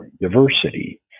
diversity